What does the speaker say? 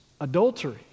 adultery